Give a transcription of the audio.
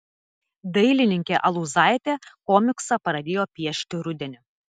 dailininkė aluzaitė komiksą pradėjo piešti rudenį